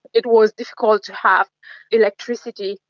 it was difficult to have electricity,